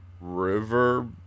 River